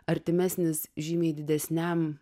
artimesnis žymiai didesniam